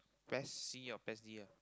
P_E_S C or P_E_S D ah